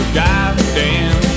goddamn